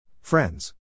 Friends